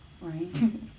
Right